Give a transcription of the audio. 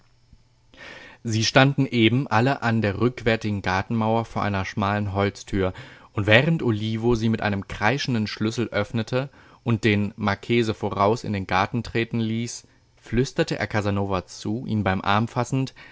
sie standen eben alle an der rückwärtigen gartenmauer vor einer schmalen holztür und während olivo sie mit einem kreischenden schlüssel öffnete und den marchese voraus in den garten treten ließ flüsterte er casanova zu ihn beim arm fassend